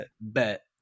bet